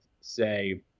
say